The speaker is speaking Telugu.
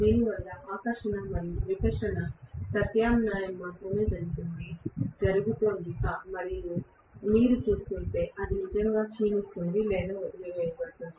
దీనివల్ల ఆకర్షణ మరియు వికర్షణ ప్రత్యామ్నాయం మాత్రమే జరుగుతోంది జరుగుతోంది మరియు మీరు చూస్తుంటే అది నిజంగా క్షీణిస్తుంది లేదా వదిలివేయబడుతుంది